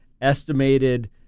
estimated